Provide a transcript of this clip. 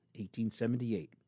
1878